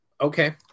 Okay